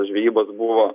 žveybos buvo